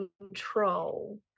control